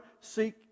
seek